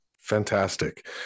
Fantastic